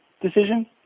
decision